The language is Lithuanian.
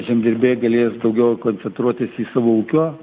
žemdirbiai galės daugiau koncentruotis į savo ūkio